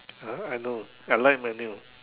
uh I know I like manual